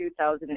2008